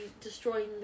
destroying